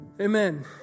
Amen